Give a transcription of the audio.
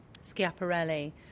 Schiaparelli